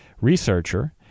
researcher